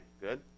Good